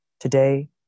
Today